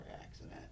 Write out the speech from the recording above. accident